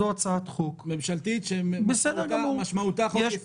זו הצעת חוק --- ממשלתית, שמשמעותה חוק-יסוד.